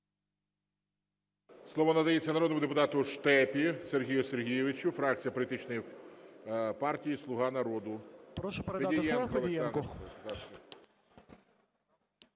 Слово надається народному депутату Штепі Сергію Сергійовичу, фракція політичної партії "Слуга народу".